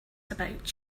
about